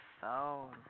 phone